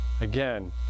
Again